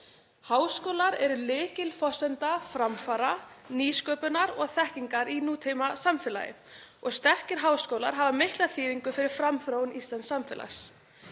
Háskólar eru lykilforsenda framfara, nýsköpunar og þekkingar í nútímasamfélagi og sterkir háskólar hafa mikla þýðingu fyrir framþróun íslensks samfélags.